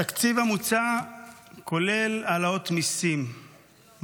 התקציב המוצע כולל העלאות מיסים,